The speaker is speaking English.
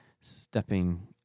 stepping